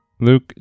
Luke